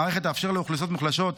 המערכת תאפשר לאוכלוסיות מוחלשות,